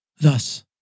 Thus